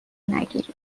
نگیرید